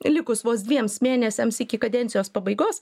likus vos dviems mėnesiams iki kadencijos pabaigos